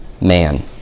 man